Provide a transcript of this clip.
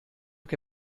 che